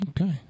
Okay